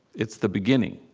it's the beginning.